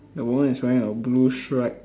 the woman is wearing a blue stripe